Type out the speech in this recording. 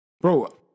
bro